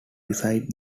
beside